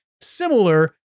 similar